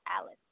Alice